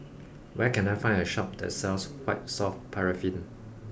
where can I find a shop that sells White Soft Paraffin